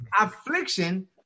affliction